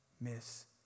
miss